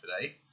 today